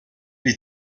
elle